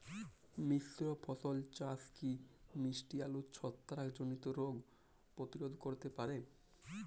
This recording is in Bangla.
মিশ্র ফসল চাষ কি মিষ্টি আলুর ছত্রাকজনিত রোগ প্রতিরোধ করতে পারে?